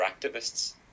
activists